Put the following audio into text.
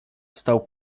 stał